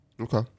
Okay